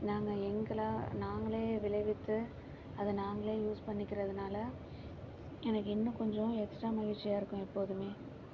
நாங்கள் எங்களா நாங்களே விளைவித்து அதை நாங்களே யூஸ் பண்ணிக்கிறதனால எனக்கு இன்னும் கொஞ்சம் எக்ஸ்ட்ரா மகிழ்ச்சியாக இருக்கும் எப்போதுமே